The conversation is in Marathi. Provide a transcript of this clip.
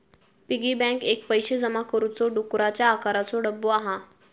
पिगी बॅन्क एक पैशे जमा करुचो डुकराच्या आकाराचो डब्बो हा